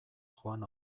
joan